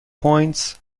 points